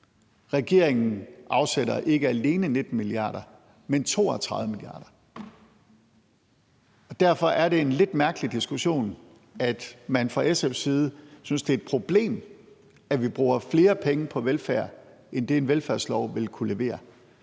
Regeringen afsætter ikke alene 19 mia. kr., men 32 mia. kr., og derfor er det en lidt mærkelig diskussion, at man fra SF's side synes, det er et problem, at vi bruger flere penge på velfærd end det, en velfærdslov ville kunne levere.